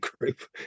group